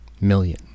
million